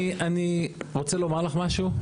אני רוצה לומר לך משהו.